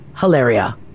Hilaria